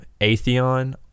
Atheon